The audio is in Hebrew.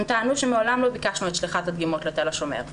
הם טענו שמעולם לא ביקשנו את שליחת הדגימות לתל השומר.